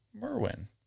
Merwin